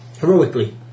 Heroically